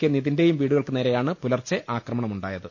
K നിതിന്റെയും വീടുകൾക്കു നേരെയാണ് പുലർച്ചെ ആക്രമണ മുണ്ടായത്